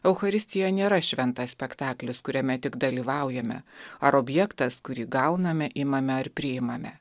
eucharistija nėra šventas spektaklis kuriame tik dalyvaujame ar objektas kurį gauname imame ir priimame